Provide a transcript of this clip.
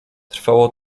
trwało